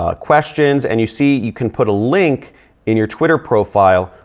ah questions. and you see you can put a link in your twitter profile,